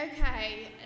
Okay